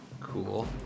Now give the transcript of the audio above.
Cool